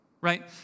right